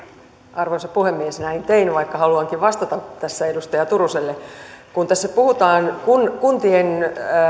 arvoisa puhemies näin tein vaikka haluankin vastata tässä edustaja turuselle tässä puhutaan kuntien